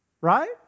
Right